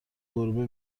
گربه